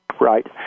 Right